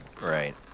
Right